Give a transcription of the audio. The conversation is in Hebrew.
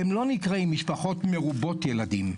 הם לא נקראים משפחות מרובות ילדים.